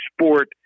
sport